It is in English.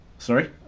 Sorry